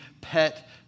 pet